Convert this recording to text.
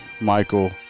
Michael